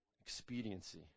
Expediency